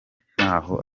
ntaho